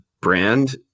brand